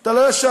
אתה לא ישן.